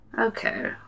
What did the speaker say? Okay